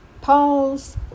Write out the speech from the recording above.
Pause